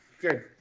Good